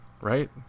right